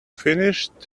finished